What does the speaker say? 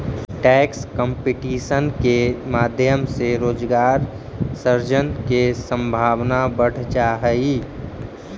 tax competition के माध्यम से रोजगार सृजन के संभावना बढ़ जा हई